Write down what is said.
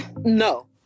No